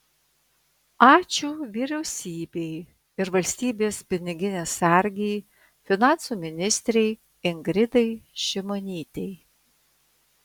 ačiū vyriausybei ir valstybės piniginės sargei finansų ministrei ingridai šimonytei